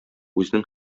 үзенең